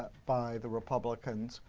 by the republicans.